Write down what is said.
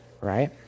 right